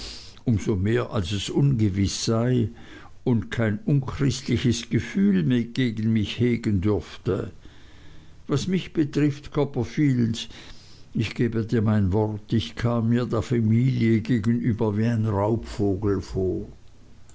so mehr als es ungewiß sei und kein unchristliches gefühl gegen mich hegen dürfte was mich betrifft copperfield ich gebe dir mein wort ich kam mir der familie gegenüber wie ein raubvogel vor